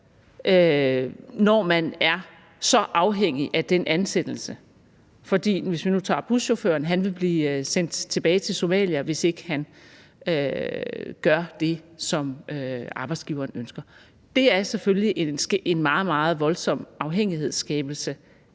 når man er så afhængig af den ansættelse. For det er sådan, hvis vi nu tager buschaufføren, at han vil blive sendt tilbage til Somalia, hvis ikke han gør det, som arbejdsgiveren ønsker. Det er selvfølgelig en meget, meget voldsom afhængighedsskabelse,